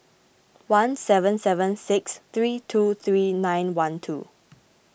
one seven seven six three two three nine one two